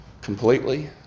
completely